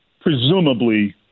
presumably